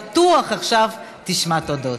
בטוח עכשיו תשמע תודות.